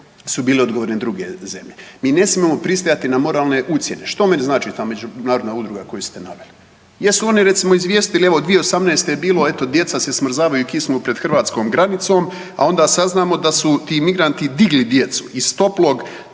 su bile odgovorne druge zemlje. Mi ne smije pristajati na moralne ucjene. Što meni znači ta međunarodna udruga koju ste naveli? Jesu oni recimo izvijestili evo 2018. je bilo eto djeca se smrzavaju, kisnu pred hrvatskom granicom? A onda saznamo da su ti migranti digli djecu iz toplog